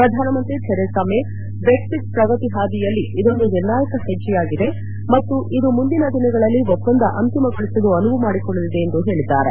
ಪ್ರಧಾನಮಂತ್ರಿ Theresa May Brexit ಪ್ರಗತಿ ಹಾದಿಯಲ್ಲಿ ಇಂದೊಂದು ನಿರ್ಣಾಯಕ ಹೆಜ್ಜೆಯಾಗಿದೆ ಮತ್ತು ಇದು ಮುಂದಿನ ದಿನಗಳಲ್ಲಿ ಒಪ್ಪಂದ ಅಂತಿಮಗೊಳಿಸಲು ಅನುವು ಮಾಡಿಕೊಡಲಿದೆ ಎಂದು ಹೇಳಿದ್ದಾರೆ